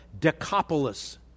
Decapolis